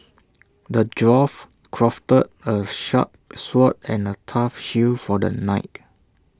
the dwarf crafted A sharp sword and A tough shield for the knight